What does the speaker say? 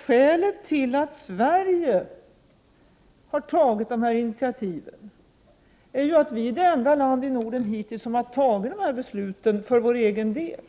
Skälet till att Sverige har tagit dessa initiativ är att vi hittills är det enda land i Norden som har fattat detta beslut för vår egen del.